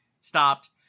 Stopped